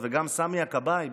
וגם סמי הכבאי,